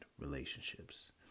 relationships